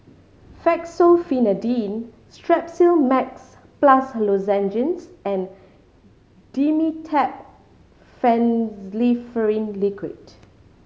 Fexofenadine Strepsil Max Plus Lozenges and Dimetapp Phenylephrine Liquid